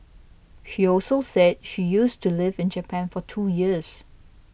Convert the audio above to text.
she also said she used to lived in Japan for two years